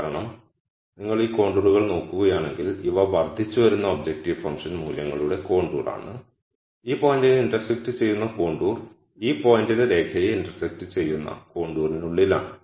കാരണം നിങ്ങൾ ഈ കോണ്ടൂറുകൾ നോക്കുകയാണെങ്കിൽ ഇവ വർദ്ധിച്ചുവരുന്ന ഒബ്ജക്റ്റീവ് ഫംഗ്ഷൻ മൂല്യങ്ങളുടെ കോണ്ടൂർണ് ഈ പോയിന്റിനെ ഇന്റർസെക്റ്റ് ചെയ്യുന്ന കോണ്ടൂർ ഈ പോയിന്റിലെ രേഖയെ ഇന്റർസെക്റ്റ് ചെയ്യുന്ന കോണ്ടറിനുള്ളിലാണ്